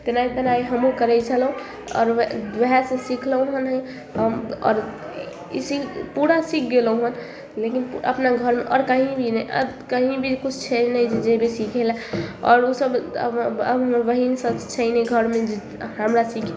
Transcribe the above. तेनाही तेनाही हमहुँ करै छलहुॅं आओर वएह सभ सिखलहुॅं हम आओर ई पूरा सीख गेलहुॅं लेकिन अपना घरमे आओर कही भी नहि कही भी किछु छै नहि जेबै सीखै लै आओर ओ सभ हमर बहिन सभ छै नहि घरमे जे हमरा सीखे